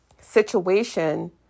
situation